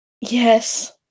Yes